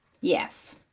Yes